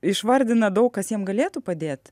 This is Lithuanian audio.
išvardina daug kas jiem galėtų padėt